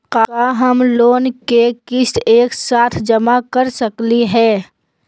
का हम लोन के किस्त एक साथ जमा कर सकली हे?